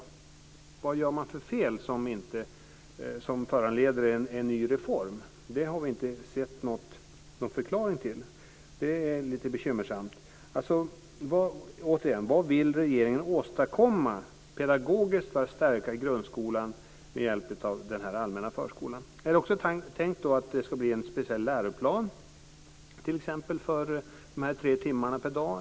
Vad gör man för fel som föranleder en ny reform? Vi har inte sett någon förklaring till det här. Det är lite bekymmersamt. Återigen undrar jag vad regeringen vill åstadkomma, pedagogiskt, för att stärka grundskolan med hjälp av den här allmänna förskolan. Är det också tänkt att det t.ex. ska bli en speciell läroplan för de här tre timmarna per dag?